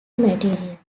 material